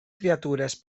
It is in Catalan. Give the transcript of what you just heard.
criatures